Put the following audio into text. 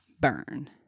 burn